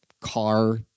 car